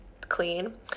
clean